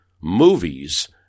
movies